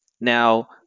Now